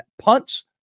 punts